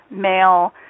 male